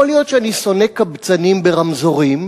יכול להיות שאני שונא קבצנים ברמזורים,